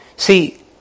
See